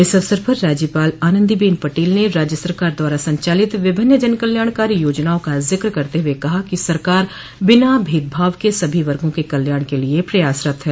इस अवसर पर राज्यपाल आनंदी बेन पटेल ने राज्य सरकार द्वारा संचालित विभिन्न जनकल्याणकारी योजनाओं का जिक करते हुए कहा कि सरकार बिना भेदभाव के सभी वर्गो के कल्याण के लिए प्रयासरत है